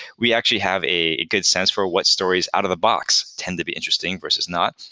we actually have a good sense for what stories out of the box tend to be interesting versus not.